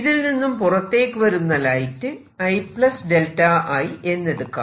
ഇതിൽ നിന്നും പുറത്തേക്കു വരുന്ന ലൈറ്റ് I 𝚫I എന്നെടുക്കാം